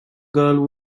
girl